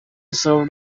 served